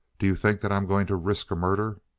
do you think that i'm going to risk a murder?